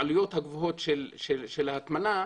העלויות הגבוהות של ההטמנה,